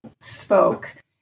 spoke